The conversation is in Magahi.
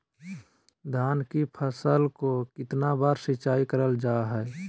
धान की फ़सल को कितना बार सिंचाई करल जा हाय?